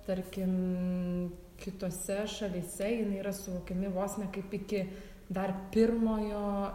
tarkim kitose šalyse jinai yra suvokiami vos ne kaip iki dar pirmojo